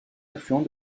affluent